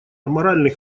аморальный